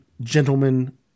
gentlemen